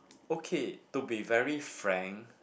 okay to be very frank